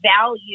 value